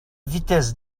vitesse